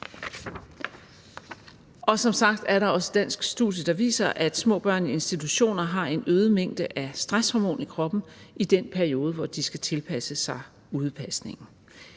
Som sagt er der også et dansk studie, der viser, at små børn i institution har en øget mængde af stresshormon i kroppen i den periode, hvor de skal tilpasse sig udepasning.